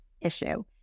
issue